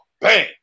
Bang